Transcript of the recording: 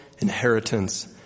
Inheritance